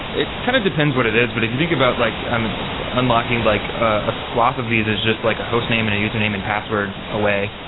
it kind of depends what it is. but if you think about like i'm and unlocking like a swath of these is just like a hostname and a username and password away.